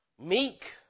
meek